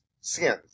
skin